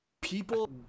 People